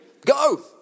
Go